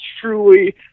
truly